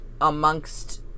Amongst